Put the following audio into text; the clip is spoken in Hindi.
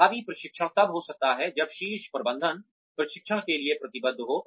प्रभावी प्रशिक्षण तब हो सकता है जब शीर्ष प्रबंधन प्रशिक्षण के लिए प्रतिबद्ध हो